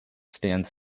stands